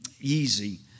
easy